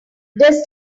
does